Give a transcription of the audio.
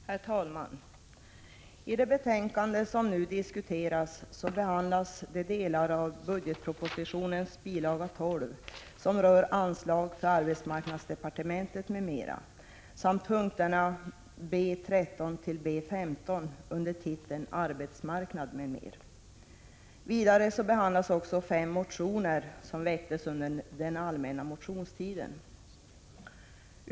Herr talman! I det betänkande som nu diskuteras behandlas de delar av budgetpropositionens bil. 12 som rör anslag till Arbetsmarknadsdepartementet m.m. samt punkterna B 13-B 15 under titeln Arbetsmarknad m.m. Vidare behandlas fem motioner väckta under allmänna motionstiden.